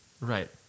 Right